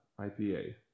IPA